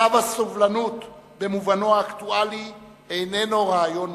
צו הסובלנות במובנו האקטואלי איננו רעיון מופשט,